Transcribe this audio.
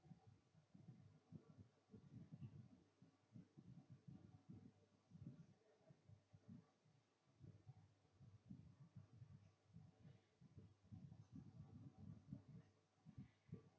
mm